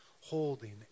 holding